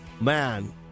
Man